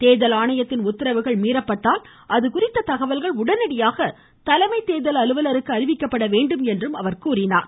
தேர்தல் ஆணையத்தின் உத்தரவுகள் மீறப்பட்டால் அது குறித்த தகவல்கள் உடனடியாக தலைமை தோதல் அலுவலருக்கு அறிவிக்கப்பட வேண்டும் என்றும் அவர் கூறியுள்ளார்